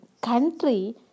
country